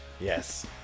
Yes